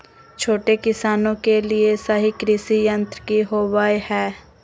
छोटे किसानों के लिए सही कृषि यंत्र कि होवय हैय?